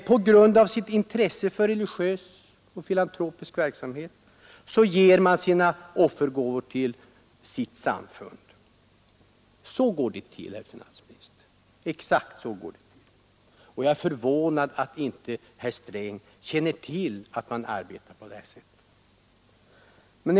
Av intresse för religiös och filantropisk verksamhet ger man offergåvor till sitt samfund. Exakt så går det till, herr finansminister, och jag är förvånad över att herr Sträng inte känner till att man arbetar på det sättet.